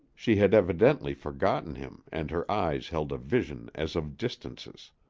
she had evidently forgotten him and her eyes held a vision as of distances.